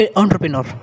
entrepreneur